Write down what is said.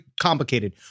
complicated